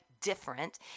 different